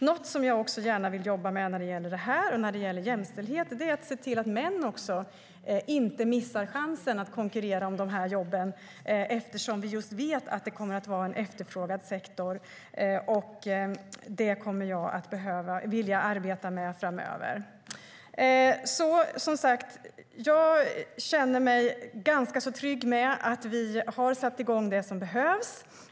Något jag gärna vill jobba med när det gäller detta och när det gäller jämställdhet är att se till att män inte missar chansen att konkurrera om dessa jobb, eftersom vi vet att det kommer att vara en efterfrågad sektor. Det kommer jag att vilja arbeta med framöver. Jag känner mig alltså ganska trygg med att vi har satt igång det som behövs.